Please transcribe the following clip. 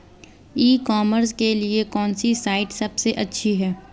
ई commerce के लिए कौनसी साइट सबसे अच्छी है?